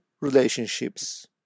relationships